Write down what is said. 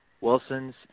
Wilson's